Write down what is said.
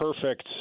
perfect